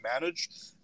managed